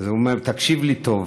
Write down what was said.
הוא אמר, תקשיב לי טוב: